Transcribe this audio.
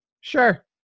Sure